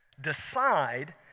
decide